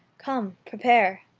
come prepare.